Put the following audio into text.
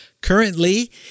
Currently